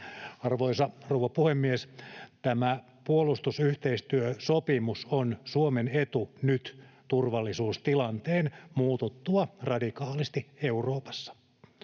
Arvoisa rouva puhemies! Tämä puolustusyhteistyösopimus on Suomen etu nyt turvallisuustilanteen muututtua radikaalisti Euroopassa.